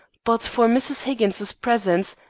but for mrs. higgins's presence,